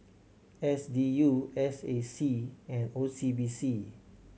S D U S A C and O C B C